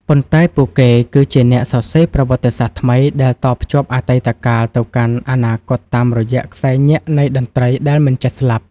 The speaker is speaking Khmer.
ប៉ុន្តែពួកគេគឺជាអ្នកសរសេរប្រវត្តិសាស្ត្រថ្មីដែលតភ្ជាប់អតីតកាលទៅកាន់អនាគតតាមរយៈខ្សែញាក់នៃតន្ត្រីដែលមិនចេះស្លាប់។